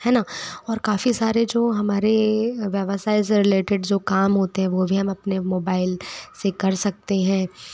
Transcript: है ना और काफ़ी सारे जो हमारे व्यवसाय से रिलेटेड जो काम होते हैं वो भी हम अपने मोबाइल से कर सकते हैं